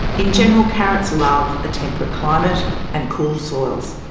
in general carrots love a temperate climate and cool soils.